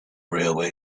railway